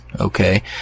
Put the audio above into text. okay